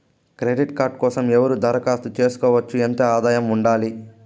Credit card కోసం ఎవరు దరఖాస్తు చేసుకోవచ్చు? ఎంత ఆదాయం ఉండాలి?